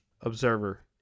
Observer